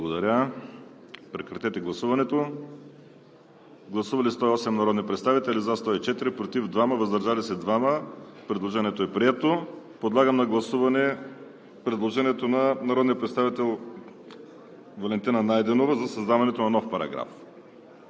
на Законопроекта. Гласували 108 народни представители: за 104, против 2, въздържали се 2. Предложението е прието. Подлагам на гласуване предложението на народния представител Валентина Найденова за създаването на нов параграф.